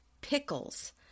pickles